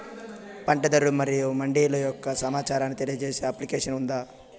పంట ధరలు మరియు మండీల యొక్క సమాచారాన్ని తెలియజేసే అప్లికేషన్ ఉందా?